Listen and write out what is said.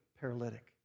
paralytic